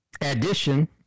addition